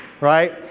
right